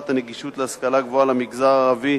נגישות ההשכלה הגבוהה למגזר הערבי,